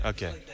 Okay